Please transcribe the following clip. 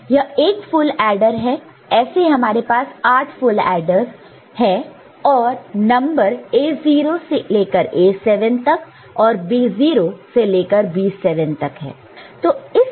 यह एक full adder है ऐसे हमारे पास 8 फुल एडरस और नंबर A0 से लेकर A7 तक और B0 से लेकर B7 तक है